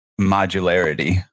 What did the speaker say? modularity